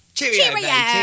Cheerio